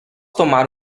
tomar